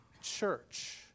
church